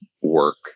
work